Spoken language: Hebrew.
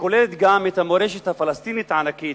שכוללת גם את המורשת הפלסטינית הענקית,